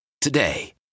today